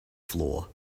floor